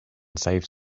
save